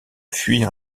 fuir